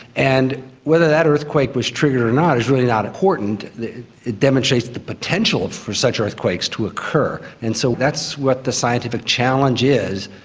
and whether that earthquake was triggered or not is really not important, it demonstrates the potential for such earthquakes to occur. and so that's what the scientific challenge is,